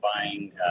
buying